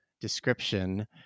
description